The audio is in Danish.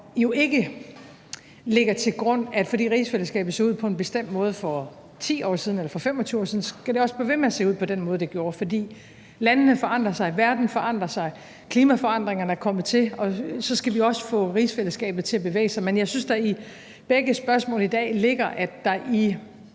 jo ikke lægger til grund, at fordi rigsfællesskabet så ud på en bestemt måde for 10 år siden eller for 25 år siden, skal det også blive ved med at se ud på den måde, det gjorde. For landene forandrer sig, verden forandrer sig, klimaforandringerne er kommet til, og så skal vi også få rigsfællesskabet til at bevæge sig. Men jeg synes, at der i begge spørgsmål i dag ligger, at der